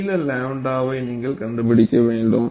நீள 𝝺வை நீங்கள் கண்டுபிடிக்க வேண்டும்